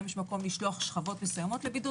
האם יש מקום לשלוח שכבות מסוימות לבידוד